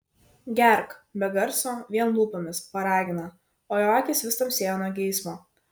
gerk be garso vien lūpomis paragina o jo akys vis tamsėja nuo geismo